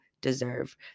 deserve